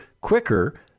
quicker